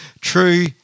True